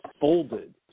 folded